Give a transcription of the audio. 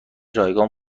رایگان